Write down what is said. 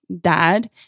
dad